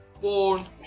born